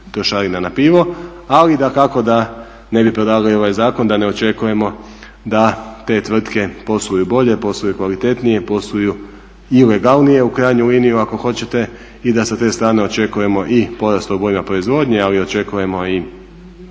trošarina na pivo. Ali dakako da ne bi prodavali ovaj zakon da ne očekujemo da te tvrtke posluju bolje, posluju kvalitetnije, posluju ilegalnije u krajnju liniju ako hoćete i da sa te strane očekujemo i porast … proizvodnje, ali očekujemo i